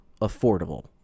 affordable